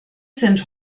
sind